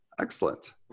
Excellent